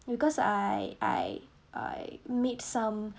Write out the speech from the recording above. because I I I made some